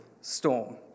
storm